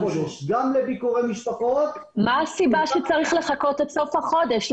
לביקורי משפחות -- מה הסיבה שצריך לחכות לסוף החודש?